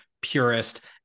purist